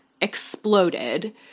exploded